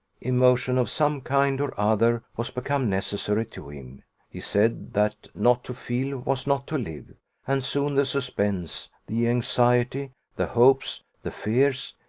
emotion of some kind or other was become necessary to him he said that not to feel was not to live and soon the suspense, the anxiety, the hopes, the fears,